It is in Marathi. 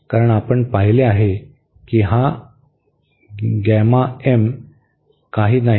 कारण आपण पाहिले आहे की हा काही नाही